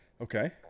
Okay